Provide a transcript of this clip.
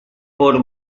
por